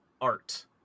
art